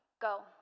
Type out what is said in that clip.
Go